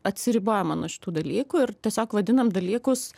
atsiribojama nuo šitų dalykų ir tiesiog vadinam dalykus